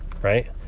Right